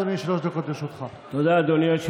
אדוני,